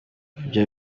ibyo